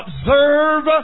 observe